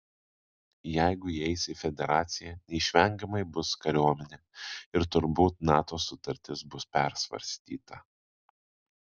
jeigu įeis į federaciją neišvengiamai bus kariuomenė ir turbūt nato sutartis bus persvarstyta